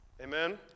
Amen